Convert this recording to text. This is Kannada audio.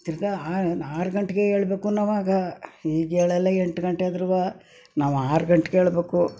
ತಿರುಗಾ ಆರು ಗಂಟೆಗೆ ಹೇಳ್ಬೇಕು ನಾವಾಗ ಈಗ ಹೇಳೋಲ್ಲ ಎಂಟು ಗಂಟೆ ಆದ್ರೂ ನಾವು ಆರು ಗಂಟೆಗೆ ಹೇಳ್ಬೇಕು